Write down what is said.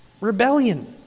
rebellion